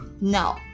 No